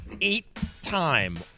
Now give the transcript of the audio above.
eight-time